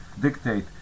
dictate